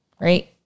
right